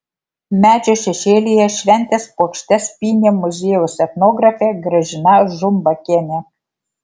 medžio šešėlyje šventės puokštes pynė muziejaus etnografė gražina žumbakienė